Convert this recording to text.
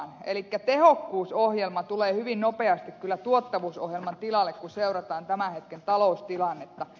elikkä tehokkuusohjelma tulee hyvin nopeasti kyllä tuottavuusohjelman tilalle kun seurataan tämän hetken taloustilannetta